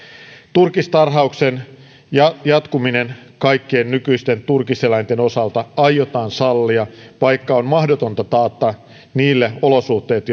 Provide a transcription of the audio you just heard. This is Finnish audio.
turkistarhauksen jatkuminen kaikkien nykyisten turkiseläinten osalta aiotaan sallia vaikka on mahdotonta taata niille olosuhteet